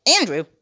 Andrew